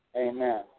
Amen